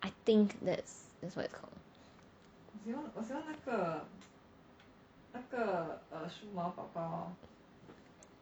I think that's that's it's called